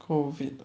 COVID